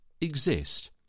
exist